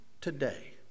today